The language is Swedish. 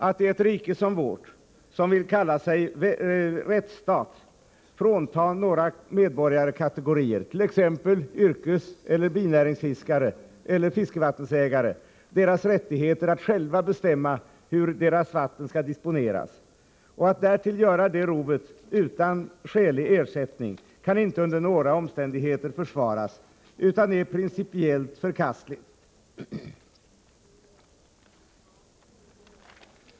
Att i ett rike som vårt, som vill kalla sig rättsstat, fråntaga några medborgarkategorier, t.ex. yrkeseller binäringsfiskare eller fiskevattensägare, deras rättigheter att själva bestämma hur deras vatten skall disponeras och att därtill göra det rovet utan skälig ersättning kan inte under några omständigheter försvaras utan är principiellt förkastligt.